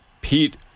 Pete